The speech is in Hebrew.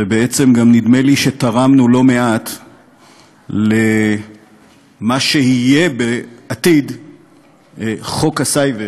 ובעצם גם נדמה לי שתרמנו לא מעט למה שיהיה בעתיד חוק הסייבר,